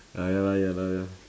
ah ya lah ya lah ya